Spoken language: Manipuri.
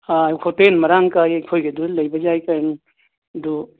ꯑꯥ ꯍꯣꯇꯦꯜ ꯃꯔꯥꯡ ꯀꯥꯏ ꯑꯩꯈꯣꯏꯒꯤꯗꯨꯗ ꯂꯩꯕ ꯌꯥꯏ ꯀꯩꯅꯣ ꯑꯗꯨ